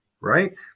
right